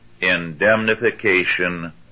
indemnification